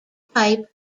pipe